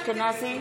אשכנזי,